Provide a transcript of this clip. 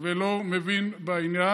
ולא מבין בעניין,